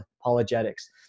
apologetics